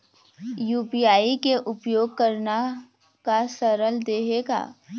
UPI के उपयोग करना का सरल देहें का?